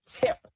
tip